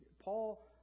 Paul